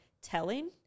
telling